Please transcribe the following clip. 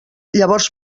llavors